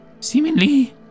Seemingly